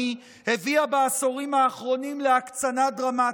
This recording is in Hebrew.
הביאה בעשורים האחרונים להקצנה דרמטית.